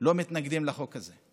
לא מתנגדים לחוק הזה.